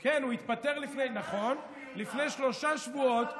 כן, הוא התפטר, נכון, לפני שלושה שבועות.